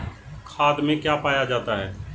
खाद में क्या पाया जाता है?